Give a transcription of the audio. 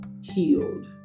healed